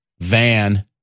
van